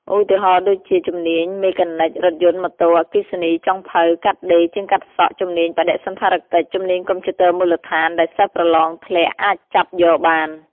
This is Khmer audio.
ឧទាហរណ៍ដូចចជា ជំនាញ មេកានិច រថយន្ត/ម៉ូតូ អគ្គិសនី ចុងភៅ កាត់ដេរ ជាងកាត់សក់ ជំនាញបដិសណ្ឋារកិច្ច ជំនាញកុំព្យូទ័រមូលដ្ឋាន ដែលសិស្សប្រឡងធ្លាក់អាចចាប់យកបាន។